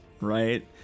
right